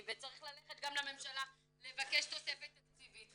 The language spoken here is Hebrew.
וצריך ללכת גם לממשלה ולבקש תוספת תקציבית,